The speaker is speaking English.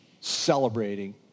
celebrating